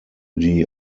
die